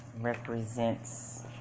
represents